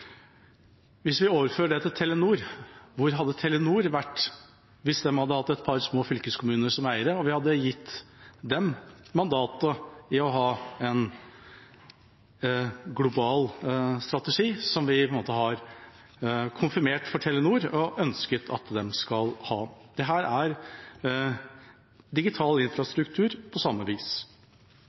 Hvis vi overfører det til Telenor: Hvor hadde Telenor vært hvis de hadde hatt et par små fylkeskommuner som eiere, og vi hadde gitt dem mandatet til å ha en global strategi, som vi på en måte har konfirmert overfor Telenor og ønsket at de skal ha? Dette er digital infrastruktur på samme vis.